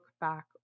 back